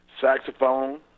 saxophone